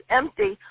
empty